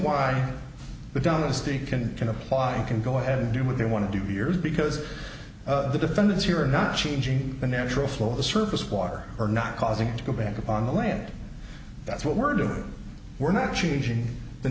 why the down a steep can can apply and can go ahead and do what they want to do years because the defendants here are not changing the natural flow of the surface water are not causing it to go back up on the land that's what we're doing we're not changing the